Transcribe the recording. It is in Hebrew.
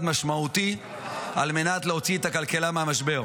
משמעותי על מנת להוציא את הכלכלה מהמשבר.